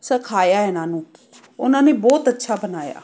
ਸਿਖਾਇਆ ਇਹਨਾਂ ਨੂੰ ਉਹਨਾਂ ਨੇ ਬਹੁਤ ਅੱਛਾ ਬਣਾਇਆ